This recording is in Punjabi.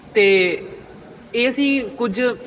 ਅਤੇ ਇਹ ਸੀ ਕੁਝ